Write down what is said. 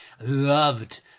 Loved